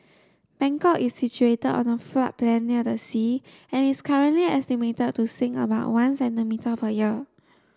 Bangkok is situated on a floodplain near the sea and is currently estimated to sink about one centimetre per year